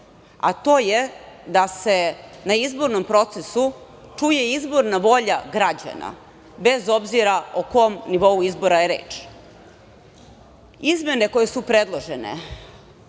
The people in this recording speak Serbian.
a to je da se na izbornom procesu čuje izborna volja građana, bez obzira o kom nivou izbora je reč. Izmene koje su predložene